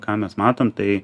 ką mes matom tai